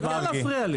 מותר לי.